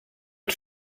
der